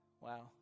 Wow